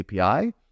API